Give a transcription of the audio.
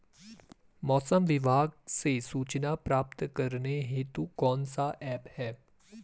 मौसम विभाग से सूचना प्राप्त करने हेतु कौन सा ऐप है?